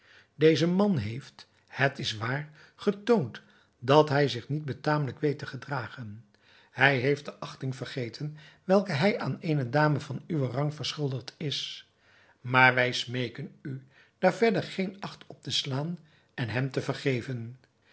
deze man heeft het is waar getoond dat hij zich niet betamelijk weet te gedragen hij heeft de achting vergeten welke hij aan eene dame van uwen rang verschuldigd is maar wij smeeken u daar verder geen acht op te slaan en hem te vergeven